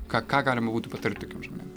ką ką galima būtų patart tokiem žmonėm